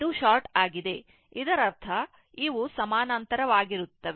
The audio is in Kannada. ಇದು ಶಾರ್ಟ್ ಆಗಿದೆ ಇದರರ್ಥ ಇವು ಸಮಾನಾಂತರವಾಗಿರುತ್ತವೆ